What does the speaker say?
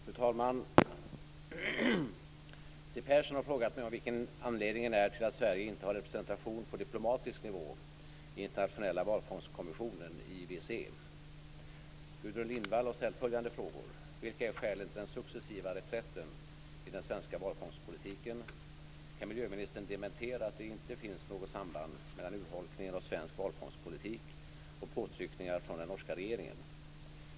Fru talman! Siw Persson har frågat mig vilken anledningen är till att Sverige inte har representation på diplomatisk nivå i Internationella valfångstkommissionen, IWC. Gudrun Lindvall har ställt följande frågor: Vilka är skälen till den successiva reträtten i den svenska valfångstpolitiken? Kan miljöministern dementera att det inte finns något samband mellan urholkningen av svensk valfångstpolitik och påtryckningar från den norska regeringen?